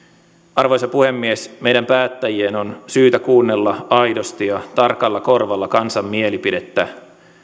arvoisa puhemies meidän päättäjien on syytä kuunnella aidosti ja tarkalla korvalla kansan mielipidettä